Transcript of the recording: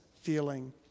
feeling